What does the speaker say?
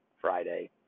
Friday